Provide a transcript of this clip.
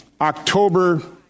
October